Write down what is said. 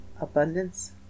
abundance